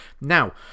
Now